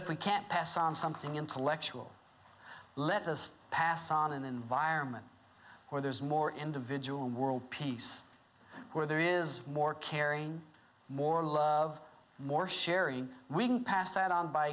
if we can't pass on something intellectual let us pass on an environment where there is more individual world peace where there is more caring more love more sharing we can pass that on by